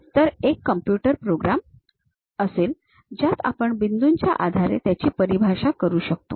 तर एक computer program असेल ज्यात आपण बिंदूंच्या आधारे त्याची परिभाषा करू शकतो